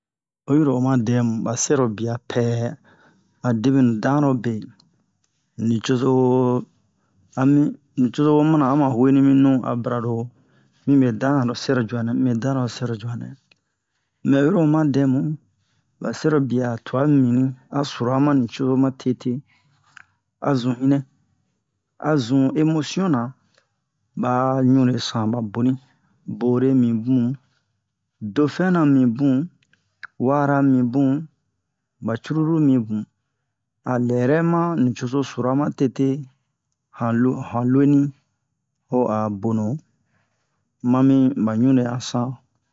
oyiro oma dɛmu ɓa sɛrobiya pɛ a deɓwenu danrobe nucozo ami nucozo woo mina ama huweni mi nu a bira-ro mibe danna-ro sɛrocuwa nɛ mide danna-ro sɛrocuwa nɛ mɛ oyiro oma dɛmu ɓa sɛrobiya twa mibinni a sura ma nucozo matete a zun hinnɛ a zun emosiyon-na ɓa ɲunle san ɓa boni bore mi bun dofɛn-na mi bun wara mi bun ɓa curulu mibin a lɛ yɛrɛ ma nucozo sura matete han lo han loni ho a bonu mami ɓa ɲunle ɲan san